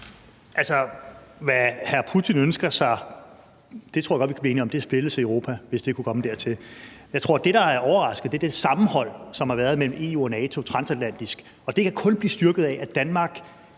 Altså, hvad hr. Putin ønsker sig – det tror jeg godt vi kan blive enige om – er splittelse i Europa, hvis det kunne komme dertil. Jeg tror, at det, der er overraskende, er det sammenhold, der har været mellem EU og NATO transatlantisk, og det kan kun blive styrket af, at Danmark